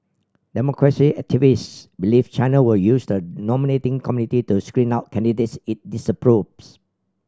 democracy activists believe China will use the nominating committee to screen out candidates it disapproves